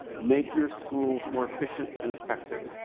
make your schools more efficient and effective,